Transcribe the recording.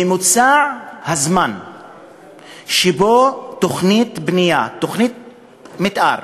ממוצע הזמן שבו תוכנית בנייה, תוכנית מתאר,